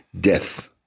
death